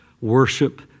worship